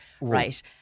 Right